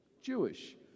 Jewish